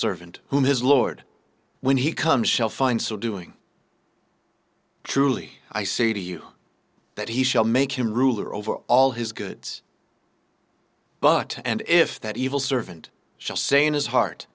servant whom his lord when he comes shall find so doing truly i say to you that he shall make him ruler over all his goods but and if that evil servant shall say in his heart